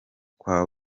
kwa